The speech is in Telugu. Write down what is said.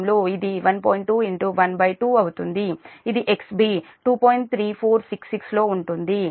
212అవుతుంది ఇది XB 2